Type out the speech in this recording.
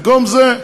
במקום זה,